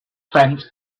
fence